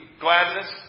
gladness